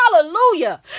hallelujah